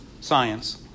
science